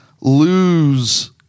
lose